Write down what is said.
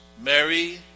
Mary